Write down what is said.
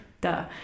Duh